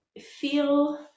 feel